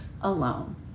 alone